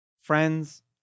friends